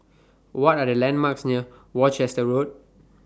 What Are The landmarks near Worcester Road